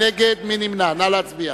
להצביע.